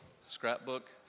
scrapbook